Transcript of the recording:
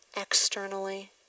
externally